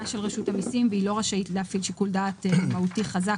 של רשות המיסים והיא לא רשאית להפעיל שיקול דעת מהותי חזק